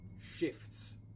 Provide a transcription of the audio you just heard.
shifts